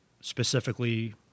specifically